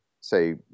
say